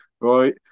Right